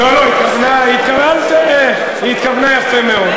לא, היא התכוונה יפה מאוד.